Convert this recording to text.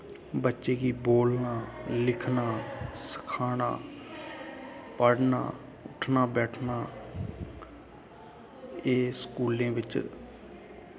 बच्चे गी बोलना लिखना सखाना पढ़ना उट्ठना बैठना एह् स्कूलें बिच्च